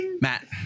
Matt